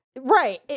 Right